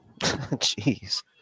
Jeez